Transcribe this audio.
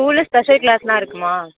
ஸ்கூலில் special class எல்லாம் இருக்குமா